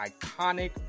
iconic